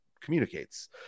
communicates